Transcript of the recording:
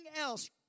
else